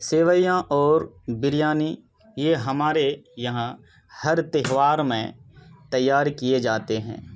سویاں اور بریانی یہ ہمارے یہاں ہر تیہوار میں تیار کیے جاتے ہیں